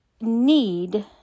need